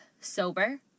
sober